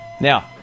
Now